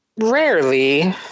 Rarely